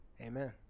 Amen